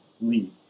lead